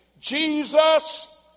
Jesus